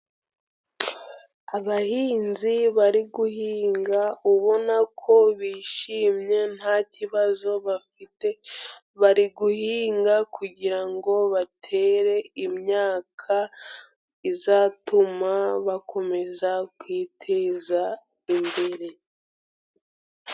Abahinzi bari guhinga ubona ko bishimye nta kibazo bafite, bari guhinga kugira ngo batere imyaka izatuma bakomeza kwiteza imbere.